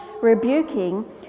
rebuking